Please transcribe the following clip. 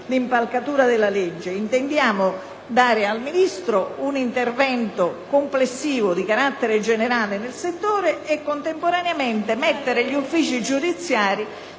l'impalcatura della legge, ma intendiamo dare al Ministro un potere di intervento complessivo di carattere generale nel settore, mettendo contemporaneamente gli uffici giudiziari